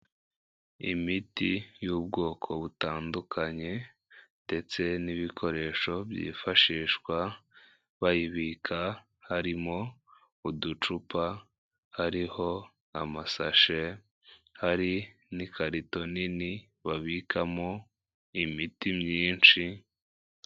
Imiti y'ubwoko butandukanye ndetse n'ibikoresho byifashishwa bayibika harimo uducupa hariho amasashe hari n'ikarito nini babikamo imiti myinshi.